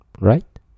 right